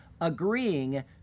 agreeing